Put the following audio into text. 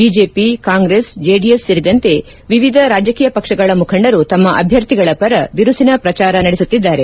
BJP Congress JDS ಸೇರಿದಂತೆ ವಿವಿಧ ರಾಜಕೀಯ ಪಕ್ಷಗಳ ಮುಖಂಡರು ತಮ್ನ ಅಭ್ಯರ್ಥಿಗಳ ಪರ ಬಿರುಸಿನ ಪ್ರಚಾರ ನಡೆಸುತ್ತಿದ್ದಾರೆ